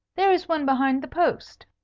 there is one behind the post.